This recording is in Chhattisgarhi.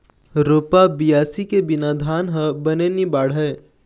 रोपा, बियासी के बिना धान ह बने नी बाढ़य